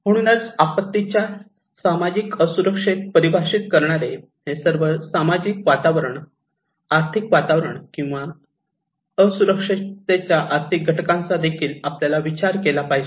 म्हणूनच आपत्तीच्या सामाजिक असुरक्षिततेस परिभाषित करणारे हे सर्व सामाजिक वातावरण आर्थिक वातावरण किंवा असुरक्षिततेच्या आर्थिक घटकांचा देखील आपल्याला विचार केला पाहिजे